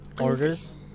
Orders